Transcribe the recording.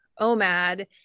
OMAD